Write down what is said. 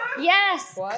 Yes